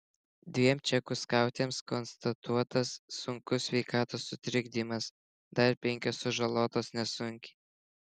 dviem čekų skautėms konstatuotas sunkus sveikatos sutrikdymas dar penkios sužalotos nesunkiai